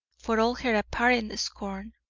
for all her apparent scorn.